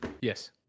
Yes